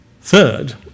Third